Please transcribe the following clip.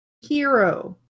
hero